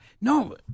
No